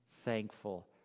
thankful